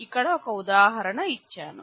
ఇక్కడ ఒక ఉదాహరణ ఇచ్చాను